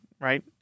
right